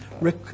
rick